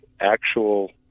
actual